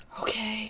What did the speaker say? Okay